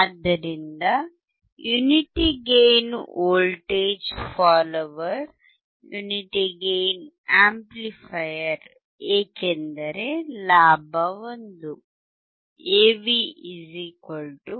ಆದ್ದರಿಂದ unity gain voltage follower unity gain amplifier ಏಕೆಂದರೆ ಲಾಭ 1 AV 1